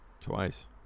twice